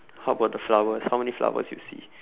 how about the flowers how many flowers you see